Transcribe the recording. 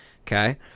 okay